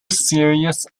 serious